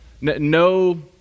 no